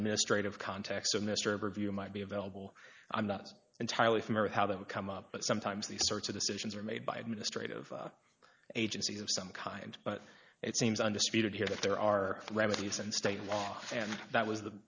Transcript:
administrative context of mr overview might be available i'm not entirely for mary how that would come up but sometimes these sorts of decisions are made by administrative agencies of some kind but it seems undisputed here that there are remedies and state law and that was the